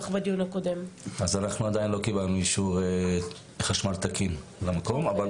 אנחנו עדיין לא קיבלנו אישור חשמל תקין למקום.